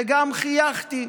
וגם חייכתי.